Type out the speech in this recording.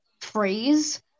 phrase